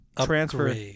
transfer